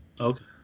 okay